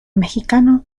mexicano